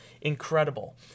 Incredible